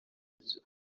byo